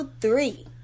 three